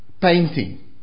painting